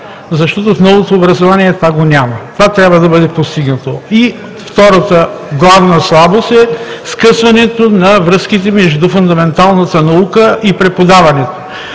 защото в новото образование го няма. Това трябва да бъде постигнато. Втората главна слабост е скъсването на връзките между фундаменталната наука и преподаването.